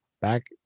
back